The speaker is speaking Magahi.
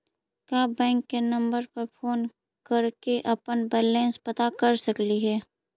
का बैंक के नंबर पर फोन कर के अपन बैलेंस पता कर सकली हे?